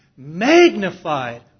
magnified